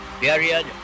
period